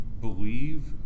believe